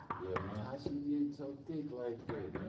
man, how she getting so thick like that